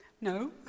No